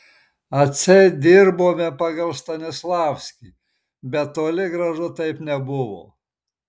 atseit dirbome pagal stanislavskį bet toli gražu taip nebuvo